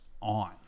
on